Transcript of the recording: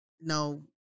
no